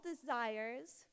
desires